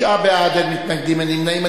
תשעה בעד, אין מתנגדים, אין נמנעים.